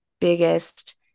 biggest